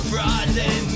Friday